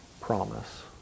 promise